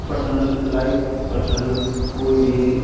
personal life personal कोई भी